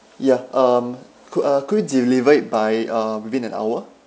ya um could uh could you deliver it by um within an hour